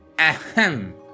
Ahem